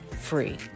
free